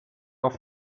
auf